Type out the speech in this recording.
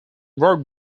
wrote